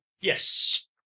Yes